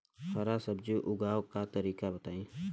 हरा सब्जी उगाव का तरीका बताई?